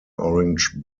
orange